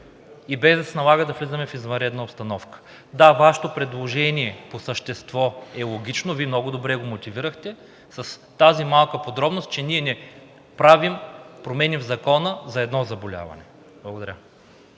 и без да се налага да влизаме в извънредна обстановка. Да, Вашето предложение по същество е логично, Вие много добре го мотивирахте, с тази малка подробност, че ние не правим промени в Закона за едно заболяване. Благодаря.